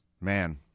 Man